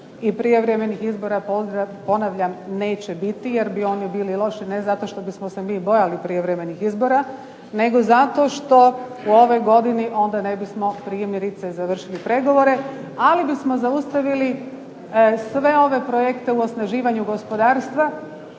i prijevremenih izbora, ponavljam, neće biti jer bi oni bili loši ne zato što bismo se mi bojali prijevremenih izbora nego zato što u ovoj godini onda ne bismo primjerice završili pregovore, ali bismo zaustavili sve ove projekte u osnaživanju gospodarstva